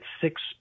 six